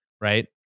right